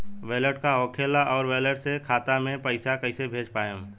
Wallet का होखेला और वैलेट से खाता मे पईसा कइसे भेज पाएम?